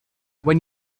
when